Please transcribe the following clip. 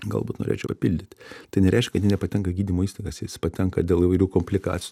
galbūt norėčiau papildyti tai nereiškia kad nepatenka į gydymo įstaigas jis patenka dėl įvairių komplikaci